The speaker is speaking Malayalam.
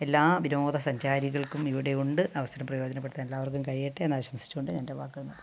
എല്ലാ വിനോദ സഞ്ചാരികൾക്കും ഇവിടെ ഉണ്ട് അവസരം പ്രയോജനപ്പെടുത്താൻ എല്ലാവർക്കും കഴിയട്ടെ എന്ന് ആശംസിച്ച് കൊണ്ട് ഞാൻ എൻ്റെ വാക്കുകൾ നിർത്തുന്നു